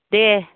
दे